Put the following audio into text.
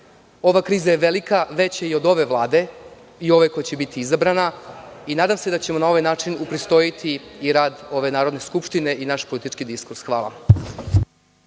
Ova kriza je velika, veća i od ove vlade i od ove koja će biti izabrana i nadam se da ćemo na ovaj način upristojiti i rad Narodne skupštine i naš politički diskus. Hvala.